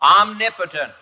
omnipotent